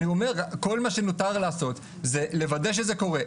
כל מה שנותר לעשות זה לוודא שזה קורה.